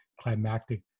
climactic